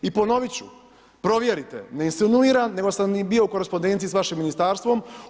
I ponovit ću, provjerite, ne insinuiram nego sam i bio u korespondenciji s vašim Ministarstvom.